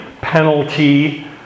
penalty